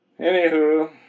Anywho